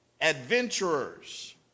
adventurers